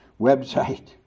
website